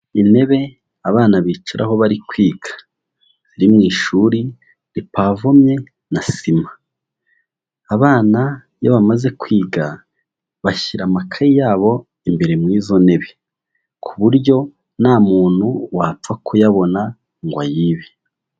Intebe abana bicaraho bari kwiga, ziri mu ishuri ripavomye na sima; abana iyo bamaze kwiga bashyira amakayi yabo imbere mu izo ntebe, ku buryo nta muntu wapfa kuyabona ngo ayibe.